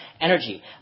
energy